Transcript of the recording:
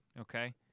Okay